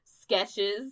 sketches